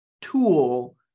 tool